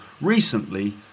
recently